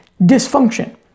dysfunction